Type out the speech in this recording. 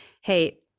Hey